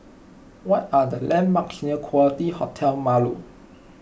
what are the landmarks near Quality Hotel Marlow